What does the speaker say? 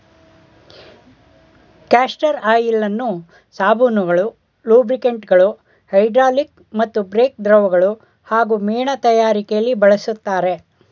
castor ಆಯಿಲನ್ನು ಸಾಬೂನುಗಳು ಲೂಬ್ರಿಕಂಟ್ಗಳು ಹೈಡ್ರಾಲಿಕ್ ಮತ್ತು ಬ್ರೇಕ್ ದ್ರವಗಳು ಹಾಗೂ ಮೇಣ ತಯಾರಿಕೆಲಿ ಬಳಸ್ತರೆ